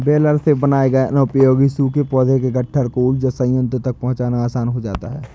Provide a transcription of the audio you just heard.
baler से बनाए गए अनुपयोगी सूखे पौधों के गट्ठर को ऊर्जा संयन्त्रों तक पहुँचाना आसान हो जाता है